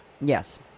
Yes